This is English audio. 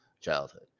childhood